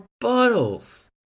bottles